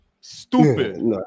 stupid